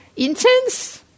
Intense